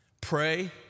Pray